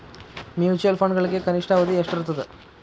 mutual ಫಂಡ್ಗಳಿಗೆ ಕನಿಷ್ಠ ಅವಧಿ ಎಷ್ಟಿರತದ